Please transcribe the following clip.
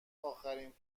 اخرین